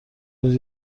روز